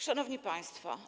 Szanowni Państwo!